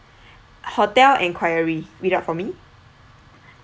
hotel enquiry read out for me